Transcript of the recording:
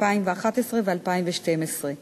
2011 ו-2012.